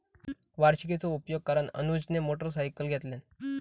वार्षिकीचो उपयोग करान अनुजने मोटरसायकल घेतल्यान